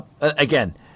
Again